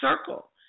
circle